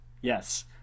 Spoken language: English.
Yes